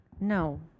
No